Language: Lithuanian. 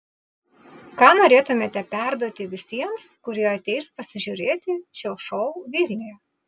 ką norėtumėte perduoti visiems kurie ateis pasižiūrėti šio šou vilniuje